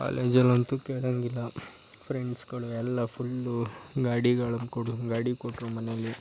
ಕಾಲೇಜಲ್ಲಂತೂ ಕೇಳೋಂಗಿಲ್ಲ ಫ್ರೆಂಡ್ಸ್ಗಳು ಎಲ್ಲ ಫುಲ್ಲು ಗಾಡಿಗಳನ್ನ ಕೊಡಿ ಗಾಡಿ ಕೊಟ್ಟರು ಮನೆಯಲ್ಲಿ